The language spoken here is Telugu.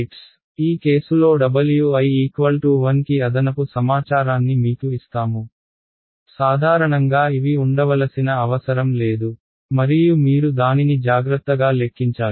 ఈ కేసులో Wi 1 కి అదనపు సమాచారాన్ని మీకు ఇస్తాము సాధారణంగా ఇవి ఉండవలసిన అవసరం లేదు మరియు మీరు దానిని జాగ్రత్తగా లెక్కించాలి